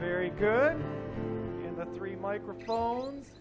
very good in the three microphone